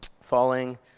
falling